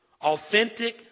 Authentic